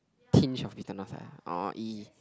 tinge of bitterness ah orh !eee!